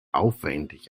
aufwendig